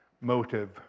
motive